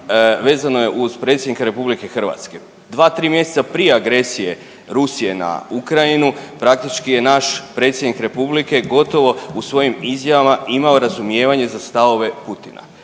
vezano je uz predsjednika RH. Dva tri mjeseca prije agresije Rusije na Ukrajinu praktički je naš predsjednik republike gotovo u svojim izjavama imao razumijevanje za stavove Putina,